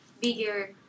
bigger